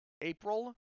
April